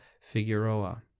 Figueroa